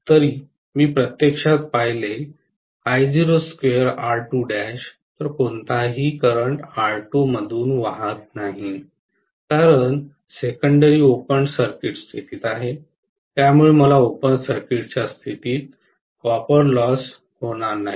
जरी मी प्रत्यक्षात पाहिले तर कोणताही करंट R2 मधून वाहत नाही कारण सेकंडरी ओपन सर्किट स्थितीत आहे त्यामुळे मला ओपन सर्किटच्या स्थितीत कॉपर लॉस होणार नाही